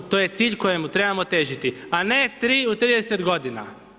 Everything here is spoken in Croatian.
To je cilj kojemu trebamo težiti, a ne 3 u 30 godina.